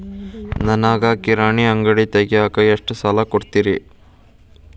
ನನಗ ಕಿರಾಣಿ ಅಂಗಡಿ ತಗಿಯಾಕ್ ಎಷ್ಟ ಸಾಲ ಕೊಡ್ತೇರಿ?